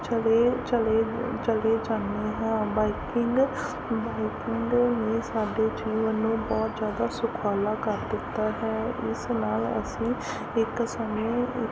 ਚਲੇ ਚਲੇ ਚਲੇ ਜਾਂਦੀ ਹਾਂ ਬਾਈਕਿੰਗ ਬਾਈਕਿੰਗ ਨੇ ਸਾਡੇ ਜੀਵਨ ਨੂੰ ਬਹੁਤ ਜ਼ਿਆਦਾ ਸੁਖਾਲਾ ਕਰ ਦਿੱਤਾ ਹੈ ਇਸ ਨਾਲ ਅਸੀਂ ਇੱਕ ਸਮੇਂ